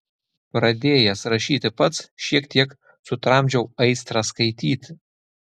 pradėjęs rašyti pats šiek tiek sutramdžiau aistrą skaityti